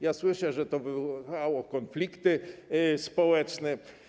Ja słyszę, że to wywoływało konflikty społeczne.